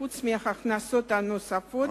חוץ מההכנסות הנוספות,